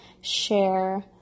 share